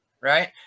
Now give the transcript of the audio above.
Right